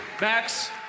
Max